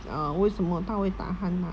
uh 为什么他会打鼾 lah